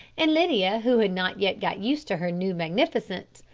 and lydia, who had not yet got used to her new magnificence,